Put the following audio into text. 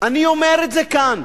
אני אומר את זה כאן.